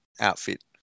outfit